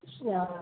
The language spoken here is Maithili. सियाराम